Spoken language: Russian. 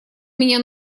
меня